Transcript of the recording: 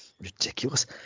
ridiculous